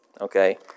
Okay